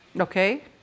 Okay